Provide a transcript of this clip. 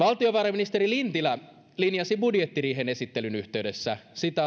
valtiovarainministeri lintilä linjasi budjettiriihen esittelyn yhteydessä